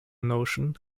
notion